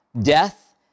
death